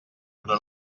però